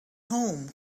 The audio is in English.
home